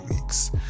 weeks